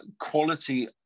quality